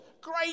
Great